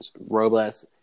Robles